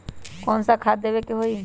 कोन सा खाद देवे के हई?